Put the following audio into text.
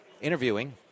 interviewing